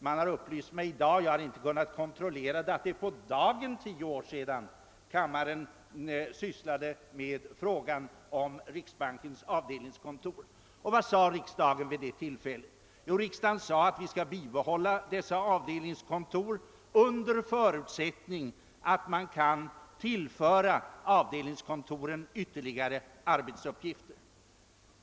Jag har nyss blivit upplyst om — jag har inte kunnat kontrollera uppgiften — att det är på dagen tio år sedan andra kammaren gjorde detta. Vad sade då riksdagen vid detta tillfälle? Jo, den uttalade att dessa avdelningskontor skall bibehållas under förutsättning att de kan tillföras ytterligare arbetsuppgifter.